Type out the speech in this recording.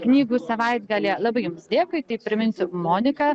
knygų savaitgalyje labai jums dėkui tai priminsiu monika